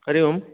Hari Om